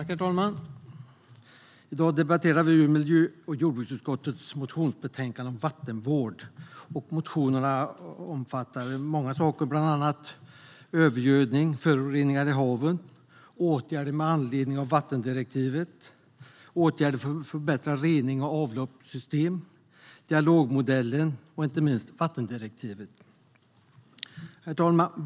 Herr talman! I dag debatterar vi miljö och jordbruksutskottets motionsbetänkande om vattenvård. Motionerna omfattar många frågor, bland annat åtgärder mot övergödning och föroreningar i haven, åtgärder med anledning av vattendirektivet, åtgärder för att förbättra rening av avloppssystem, dialogmodeller och inte minst vattendirektivet. Herr talman!